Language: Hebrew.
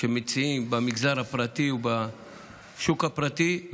שמציעים במגזר הפרטי ובשוק הפרטי,